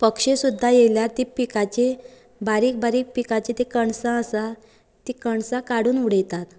पक्षी सुद्दां येयल्यार ती पिकाची बारीक बारीक पिकाची ती कणसां आसा ती कणसां काडून उडयतात